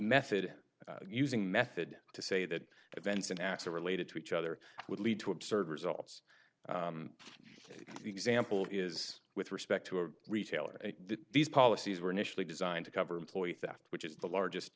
method using method to say that events and acts are related to each other would lead to absurd results the example is with respect to a retailer these policies were initially designed to cover employee theft which is the largest